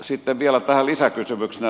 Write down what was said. sitten vielä tähän lisäkysymyksenä